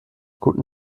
guten